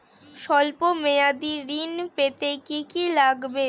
সল্প মেয়াদী ঋণ পেতে কি কি লাগবে?